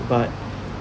but